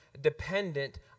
dependent